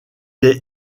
est